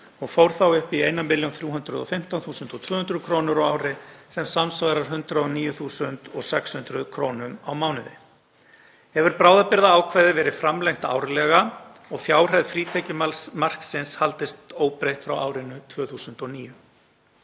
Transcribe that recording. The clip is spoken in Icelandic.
og fór þá í 1.315.200 kr. á ári sem samsvarar 109.600 kr. á mánuði. Hefur bráðabirgðaákvæðið verið framlengt árlega og fjárhæð frítekjumarksins því haldist óbreytt frá árinu 2009.